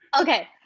Okay